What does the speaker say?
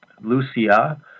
Lucia